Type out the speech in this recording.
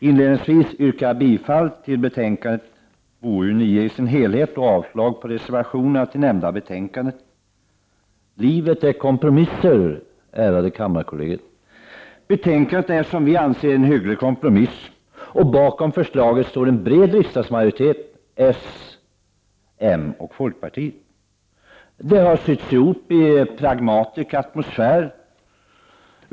Inledningsvis yrkar jag bifall till utskottets hemställan i dess helhet i betänkandet BoU9 och avslag på reservationerna till nämnda betänkande. Livet är kompromisser, ärade kammarkollegor. Betänkandet är, anser vi, en hygglig kompromiss, och bakom förslaget står en bred majoritet — s, m och fp. Det har sytts ihop i en pragmatisk atmosfär.